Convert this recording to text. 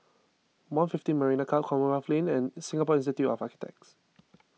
one fifteen Marina Club Commonwealth Lane and Singapore Institute of Architects